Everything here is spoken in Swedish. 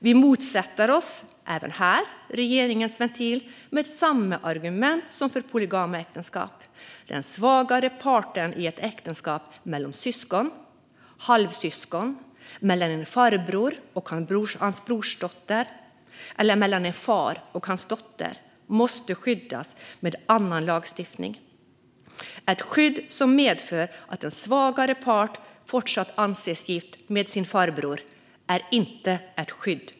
Vi motsätter oss även här regeringens ventil, med samma argument som när det gäller polygama äktenskap. Den svagare parten i ett äktenskap mellan syskon eller halvsyskon, mellan en farbror och hans brorsdotter eller mellan en far och hans dotter måste skyddas med annan lagstiftning. Ett skydd som medför att en svagare part fortsatt anses vara gift med sin farbror är inte ett skydd.